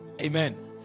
amen